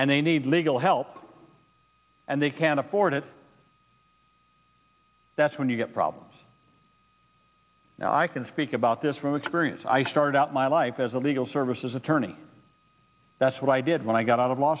and they need legal help and they can't afford it that's when you get problems now i can speak about this from experience i started out my life as a legal services attorney that's what i did when i got out of law